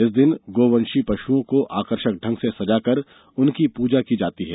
इस दिन गौवंशीय पशुओं को आकर्षक ढंग से सजाकर उनकी पूजा की जाती है